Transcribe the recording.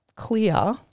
Clear